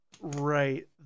Right